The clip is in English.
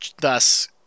thus